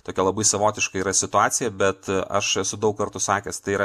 tokia labai savotiška yra situacija bet aš esu daug kartų sakęs tai yra